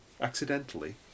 Accidentally